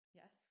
yes